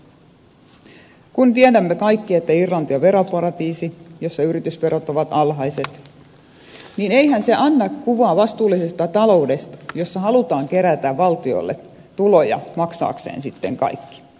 kun tiedämme kaikki että irlanti on veroparatiisi jossa yritysverot ovat alhaiset niin eihän se anna kuvaa vastuullisesta taloudesta jossa halutaan kerätä valtiolle tuloja ja maksaa sitten kaikki